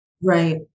right